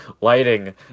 Lighting